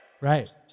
Right